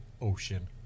ocean